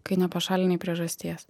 kai nepašalinai priežasties